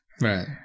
Right